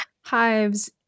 Hives